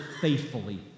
faithfully